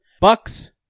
Bucks